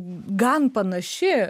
gan panaši